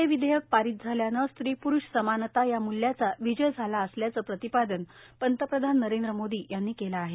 हे विधेयक पारित झाल्यानं स्त्री पुरूश समानता हे या मूल्याचा विजय झाला असल्याचं प्रतिपादन पंतप्रधान नरेंद्र मोदी यांनी केलं आहे